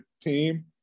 team